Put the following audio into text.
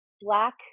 Black